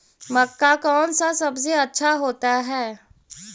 मक्का कौन सा सबसे अच्छा होता है?